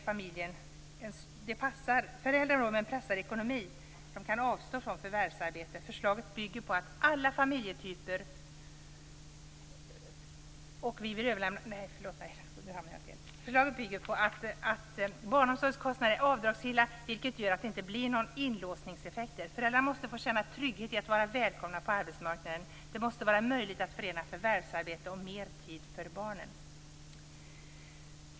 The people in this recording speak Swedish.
Föräldrar skall inte pressas ekonomiskt att avstå från förvärvsarbete. Förslaget bygger på att barnomsorgskostnaden är avdragsgill, vilket gör att det inte blir inlåsningseffekter. Föräldrarna måste få känna trygghet i att vara välkomna på arbetsmarknaden. Det måste vara möjligt att förena förvärvsarbete och detta med att ha mer tid för barnen.